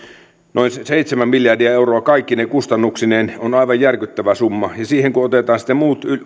noin seitsemän miljardia euroa kaikkine kustannuksineen on aivan järkyttävä summa ja siihen kun otetaan sitten muut